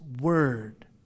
Word